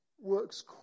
works